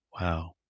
Wow